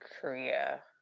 korea